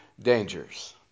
dangers